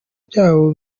byabo